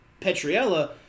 Petriella